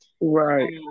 Right